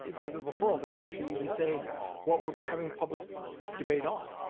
the referral doesn't actually even say what we're having public debate on.